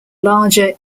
larger